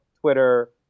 Twitter